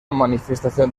manifestación